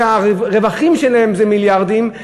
שהרווחים שלהן הם מיליארדים,